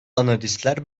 analistler